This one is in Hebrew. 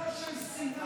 אדם של שנאה.